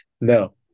No